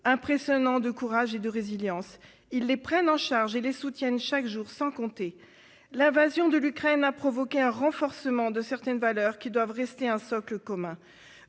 impressionnants de courage et de résilience. Ils les prennent en charge et les soutiennent chaque jour, sans compter. L'invasion de l'Ukraine a provoqué un renforcement de certaines valeurs qui doivent rester un socle commun.